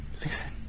Listen